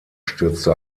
stürzte